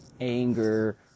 anger